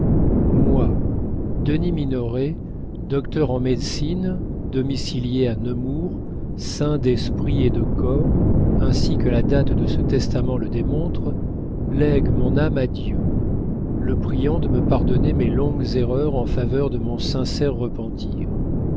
moi denis minoret docteur en médecine domicilié à nemours sain d'esprit et de corps ainsi que la date de ce testament le démontre lègue mon âme à dieu le priant de me pardonner mes longues erreurs en faveur de mon sincère repentir